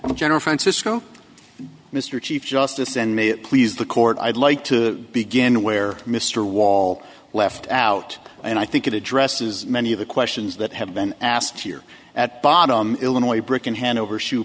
well general francisco mr chief justice and may it please the court i'd like to begin where mr wall left out and i think it addresses many of the questions that have been asked here at bottom illinois brick in hanover shoe